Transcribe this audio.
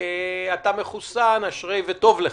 אתה מחוסן, אשריך וטוב לך.